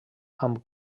amb